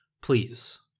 please